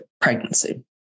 pregnancy